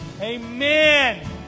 amen